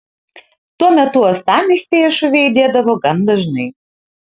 tuo metu uostamiestyje šūviai aidėdavo gan dažnai